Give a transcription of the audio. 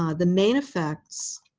um the main effects